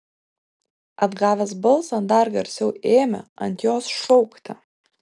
atgavęs balsą dar garsiau ėmė ant jos šaukti